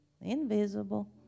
Invisible